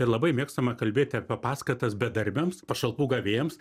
ir labai mėgstama kalbėti apie paskatas bedarbiams pašalpų gavėjams